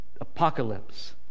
apocalypse